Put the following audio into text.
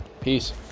peace